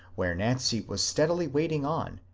where nancy was steadily wading on,